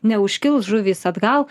neužkils žuvys atgal